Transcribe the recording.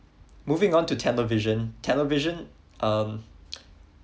moving on to the television television um